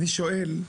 אני שואל,